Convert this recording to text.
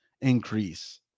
increase